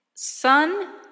Sun